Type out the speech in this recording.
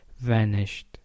vanished